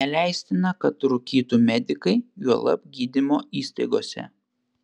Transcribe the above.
neleistina kad rūkytų medikai juolab gydymo įstaigose